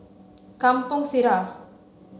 Kampong Sireh